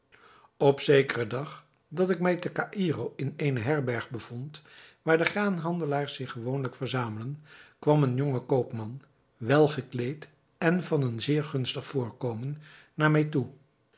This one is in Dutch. op zekeren dag dat ik mij te caïro in eene herberg bevond waar de graanhandelaars zich gewoonlijk verzamelden kwam een jonge koopman wel gekleed en van een zeer gunstig voorkomen naar mij toe